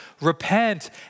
repent